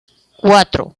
cuatro